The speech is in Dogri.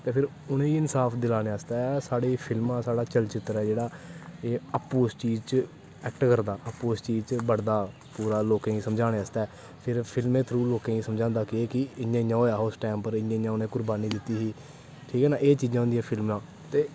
फिर उ'नें गी इंसाफ दलानै आस्तै साढ़ी फिल्मां साढ़ा चलचित्तर ऐ जेह्ड़ा एह् आपूं इस चीज च ऐक्ट करदे आपूं इस चीज च बढदा पूरा लोकें गी समझाने आस्तै फिर फिल्मैं दै थ्रू लोकें गी समझांदा के कि इ'यां इ'यां होआ हा उस टैम पर कि इ'यां इ'यां उ'नें कर्बानी दित्ती ही ठीक ऐ ना एह् चीजां होंदियां फिल्मां